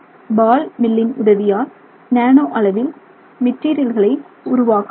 பால் மில்லின் உதவியால் நானோ அளவில் மெட்டீரியல்களை உருவாக்க முடியும்